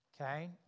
Okay